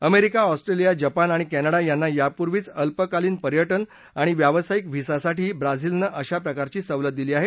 America Australia Japan आणि Canada यांना यापूर्वीच अल्पकालीन पर्यटन आणि व्यावसायिक व्हिसासाठी ब्राझीलनं अशा प्रकारची सवलत दिली आहे